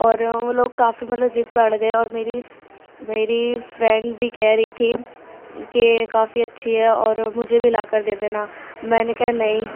اور وہ لوگ کافی مطلب ضد پہ اڑ گئے اور میری میری فرینڈ بھی کہہ رہی تھی کہ کافی اچھی ہے اور مجھے بھی لا کر دے دینا میں نے کہا نہیں